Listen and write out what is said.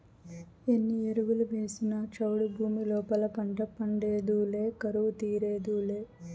ఎన్ని ఎరువులు వేసినా చౌడు భూమి లోపల పంట పండేదులే కరువు తీరేదులే